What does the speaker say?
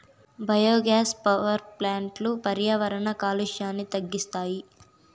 biogas power ప్లాంట్లు పర్యావరణ కాలుష్యాన్ని తగ్గిస్తాయి